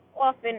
often